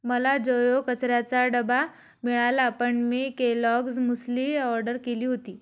मला जोयो कचऱ्याचा डबा मिळाला पण मी केलॉग्ज मुसली ऑर्डर केली होती